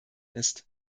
ist